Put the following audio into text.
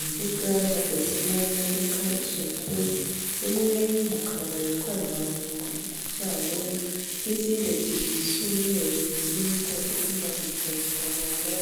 Imbuga ihagazemo imodoka eshatu; imwe y'umukara itwara abantu ku giti cyabo; n'izindi ebyiri z'umweru ziri mu bwoko bw'imbangukiragutabara;